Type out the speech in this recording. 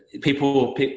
People